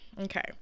okay